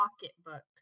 pocketbook